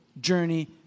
journey